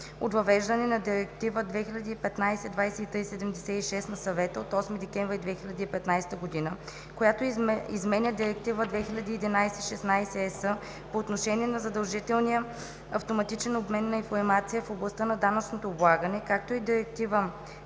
от въвеждане на Директива (ЕС) 2015/2376 на Съвета от 8 декември 2015г., която изменя Директива 2011/16/ЕС по отношение на задължителния автоматичен обмен на информация в областта на данъчното облагане, както и Директива